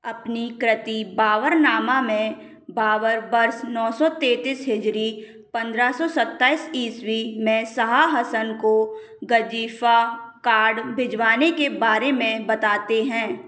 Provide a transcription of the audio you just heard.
अपनी कृति बाबरनामा में बाबर वर्ष नौ सौ तैंतीस हिजरी पंद्रह सौ सत्ताईस ईस्वी में शाहा हसन को गजिफ़ा कार्ड भिजवाने के बारे में बताते हैं